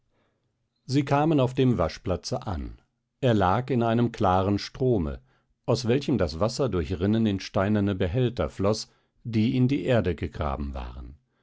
sie kamen auf dem waschplatze an er lag an einem klaren strome aus welchem das wasser durch rinnen in steinerne behälter floß die in die erde gegraben waren